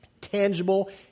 tangible